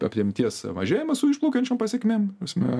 apimties mažėjimas su išplaukiančiom pasekmėm ta prasme